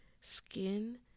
skin